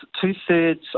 two-thirds